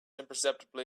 imperceptibly